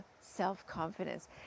self-confidence